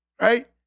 right